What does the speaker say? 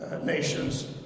nations